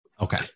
Okay